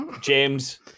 James